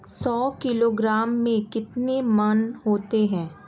सौ किलोग्राम में कितने मण होते हैं?